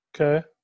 Okay